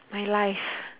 my life